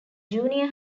junior